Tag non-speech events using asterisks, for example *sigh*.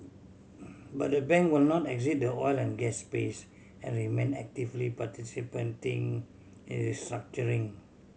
*noise* but the bank will not exit the oil and gas space and remain actively participating in restructuring